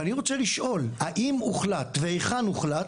ואני רוצה לשאול, האם הוחלט והיכן הוחלט